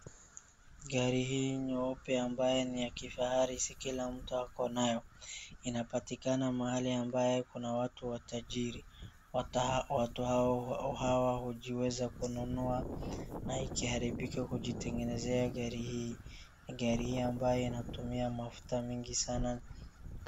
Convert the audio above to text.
Gari hii nyeupe ambayo ni ya kifahari si kila mtu ako nayo inapatikana mhali ambayo kuna watu watajiri hata watu hawa huweza kujinunua na ikiharibika kujitengenezea gari hii. Gari ambayo inatumia mafuta mingi sana.